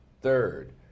Third